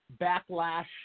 backlash